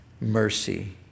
mercy